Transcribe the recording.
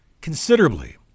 considerably